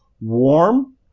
warm